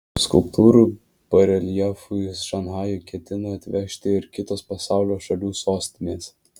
skulptūrų bareljefų į šanchajų ketina atvežti ir kitos pasaulio šalių sostinės